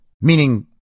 meaning